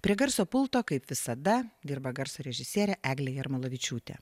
prie garso pulto kaip visada dirba garso režisierė eglė jarmolavičiūtė